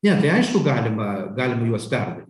ne tai aišku galima galima juos perdaryt